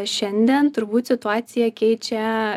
šiandien turbūt situaciją keičia